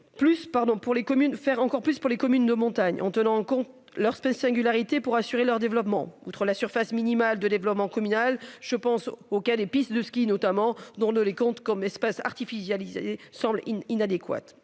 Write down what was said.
faire encore plus pour les communes de montagne en tenant compte leur Space singularité pour assurer leur développement. Outre la surface minimale de développement communal. Je pense au cas des pistes de ski notamment d'on ne les compte comme espaces artificialisés semble inadéquate.